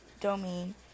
domain